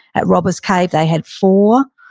at robbers cave they had four.